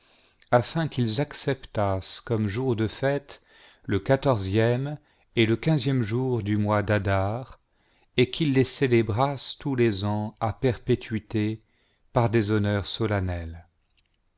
afin qu'ils acceptassent comme jours de fête le quatorzième et le quinzième jour du mois d'adar et qu'ils les célébrassent tous les ans à perpétuité par des honneurs solennels